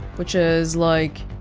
which is, like